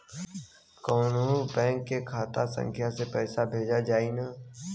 कौन्हू बैंक के खाता संख्या से पैसा भेजा जाई न?